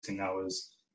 hours